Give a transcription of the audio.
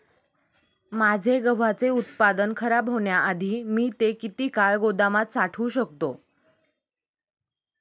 माझे गव्हाचे उत्पादन खराब होण्याआधी मी ते किती काळ गोदामात साठवू शकतो?